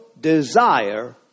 desire